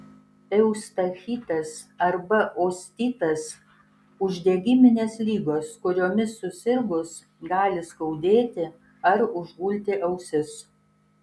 eustachitas arba ostitas uždegiminės ligos kuriomis susirgus gali skaudėti ar užgulti ausis